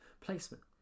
placement